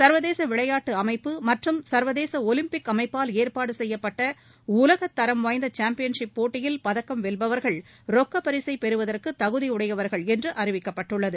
சா்வதேச விளையாட்டு அமைப்பு மற்றும் சா்வதேச ஒலிம்பிக் அமைப்பால் ஏற்பாடு செய்யப்பட்ட உலகத்தரம் வாய்ந்த சாம்பியன்சிப் போட்டியில் பதக்கம் வெல்பவர்கள் ரொக்கப் பரிசை பெறுவதற்கு தகுதி உடையவர்கள் என்று அறிவிக்கப்பட்டுள்ளது